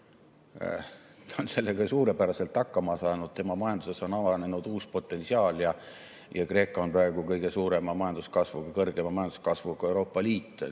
on sellega suurepäraselt hakkama saanud, tema majanduses on avanenud uus potentsiaal. Ja Kreeka on praegu kõige suurema majanduskasvuga Euroopa [Liidu